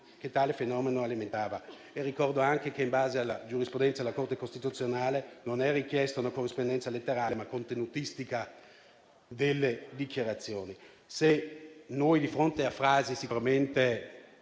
che tale fenomeno alimentava. Ricordo anche che, in base alla giurisprudenza della Corte costituzionale, non è richiesta una corrispondenza letterale, ma contenutistica delle dichiarazioni. Se vogliamo discutere di frasi sicuramente